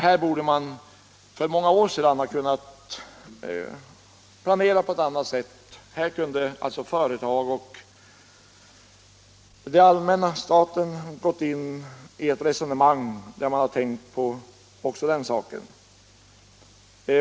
Här borde man för många år sedan ha kunnat planera på ett annat sätt, här kunde företag och staten ha gått in i ett resonemang där man tänkt också på den saken.